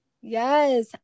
Yes